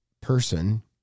person